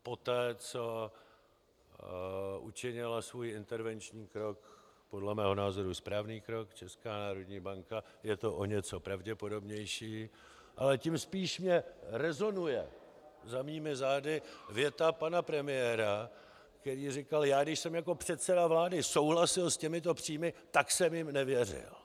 Poté co učinila svůj intervenční krok podle mého názoru správný krok Česká národní banka, je to o něco pravděpodobnější, ale tím spíš mi rezonuje za mými zády věta pana premiéra, který říkal: Já když jsem jako předseda vlády souhlasil s těmito příjmy, tak jsem jim nevěřil.